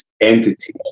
entity